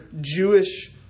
Jewish